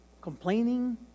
complaining